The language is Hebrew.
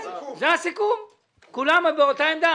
כן, כולם באותה עמדה.